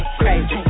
crazy